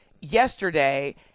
yesterday